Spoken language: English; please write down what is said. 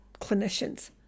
clinicians